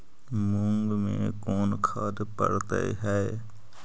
मुंग मे कोन खाद पड़तै है?